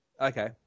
okay